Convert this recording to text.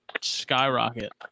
skyrocket